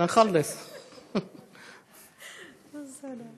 כבוד היו"ר והמזכיר, תודה רבה.